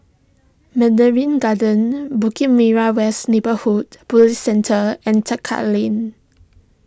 Mandarin Gardens Bukit Merah West Neighbourhood Police Centre and Tekka Lane